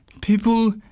people